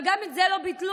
אבל גם את זה לא ביטלו.